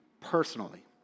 personally